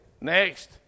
Next